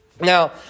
Now